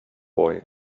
boy